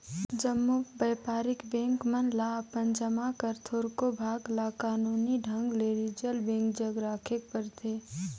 जम्मो बयपारिक बेंक मन ल अपन जमा कर थोरोक भाग ल कानूनी ढंग ले रिजर्व बेंक जग राखेक परथे